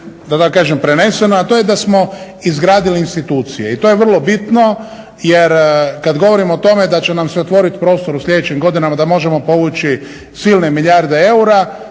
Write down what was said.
da kažem, preneseno, a to je da smo izgradili institucije. A to je vrlo bitno jer kada govorimo o tome da će nam se otvoriti prostor u sljedećim godinama da možemo povući silne milijarde eura,